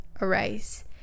arise